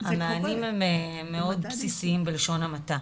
המענים הם מאוד בסיסיים בלשון המעטה.